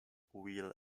wheel